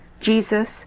Jesus